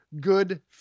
good